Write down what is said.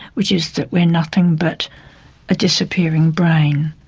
which is that we are nothing but a disappearing brain.